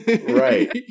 right